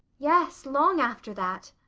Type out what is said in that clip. yes, long after that.